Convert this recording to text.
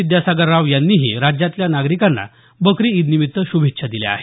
विद्यासागर राव यांनीही राज्यातल्या नागरिकांना बकरी ईदनिमित्त शुभेच्छा दिल्या आहेत